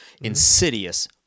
Insidious